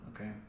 Okay